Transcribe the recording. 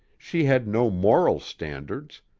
she had no moral standards,